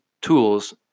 tools